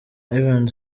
ivan